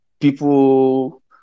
people